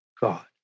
god